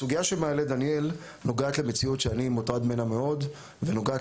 הסוגייה שמעלה דניאל נוגעת למציאות שאני מוטרד ממנה מאוד ונוגעת